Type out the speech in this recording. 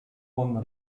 von